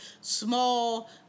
small